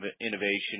innovation